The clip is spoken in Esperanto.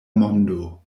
mondo